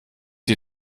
die